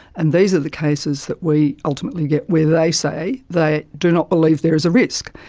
and these are the cases that we ultimately get where they say they do not believe there is a risk.